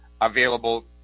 available